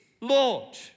Lord